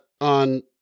on